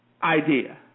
Idea